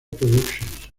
productions